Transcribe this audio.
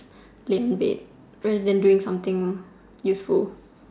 play with it rather than doing something useful